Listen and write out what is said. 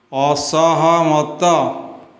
ଅସହମତ